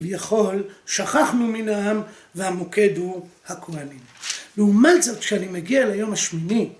ויכול, שכחנו מי מהם והמוקד הוא הכוהנים. לעומת זאת, כשאני מגיע ליום השמיני,